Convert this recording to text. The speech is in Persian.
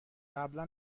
قبلا